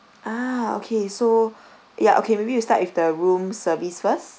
ah okay so ya okay maybe you start with the room service first